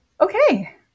Okay